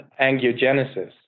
angiogenesis